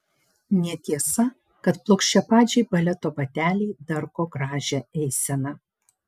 netiesa kad plokščiapadžiai baleto bateliai darko gražią eiseną